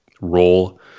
role